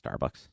Starbucks